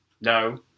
no